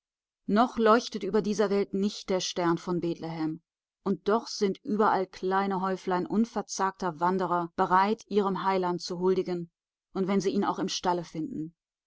noch leuchtet über dieser welt nicht der stern von bethlehem und doch sind überall kleine häuflein unverzagter wanderer bereit ihrem heiland zu huldigen und wenn sie ihn auch im stalle finden